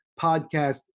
Podcast